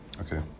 Okay